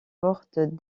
portent